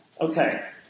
Okay